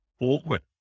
awkward